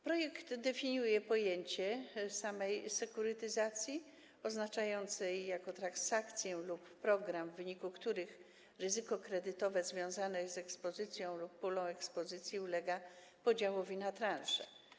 Projekt definiuje pojęcie sekurytyzacji oznaczającej transakcję lub program, w wyniku których ryzyko kredytowe związane z ekspozycją lub pulą ekspozycji ulega podziałowi na transze.